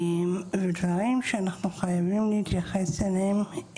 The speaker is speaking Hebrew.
ודברים שאנחנו חייבים להתייחס אליהם.